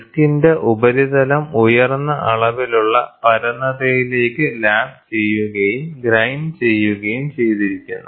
ഡിസ്കിന്റെ ഉപരിതലം ഉയർന്ന അളവിലുള്ള പരന്നതയിലേക്ക് ലാപ് ചെയ്യുകയും ഗ്രൈൻഡ് ചെയ്യുകയും ചെയ്തിരിക്കുന്നു